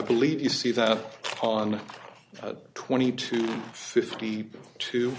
believe you see that on twenty two fifty two